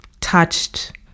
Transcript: touched